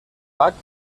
bach